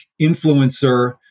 influencer